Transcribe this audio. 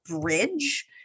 bridge